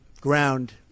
ground